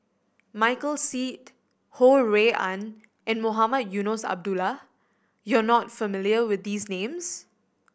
Michael Seet Ho Rui An and Mohamed Eunos Abdullah you are not familiar with these names